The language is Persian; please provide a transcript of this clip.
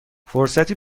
فرصتی